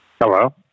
Hello